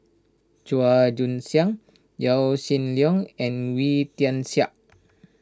Chua Joon Siang Yaw Shin Leong and Wee Tian Siak